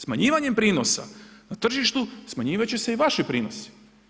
Smanjivanjem prinosa na tržištu smanjivat će se i vaši prinosi.